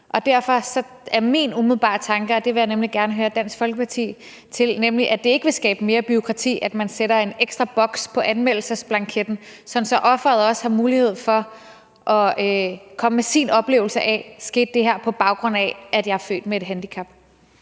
jeg nemlig gerne høre Dansk Folkeparti om – at det ikke vil skabe mere bureaukrati, at man sætter en ekstra boks på anmeldelsesblanketten, sådan at offeret også har mulighed for at komme med sin oplevelse af, om det her skete på baggrund af, at vedkommende er født med et handicap.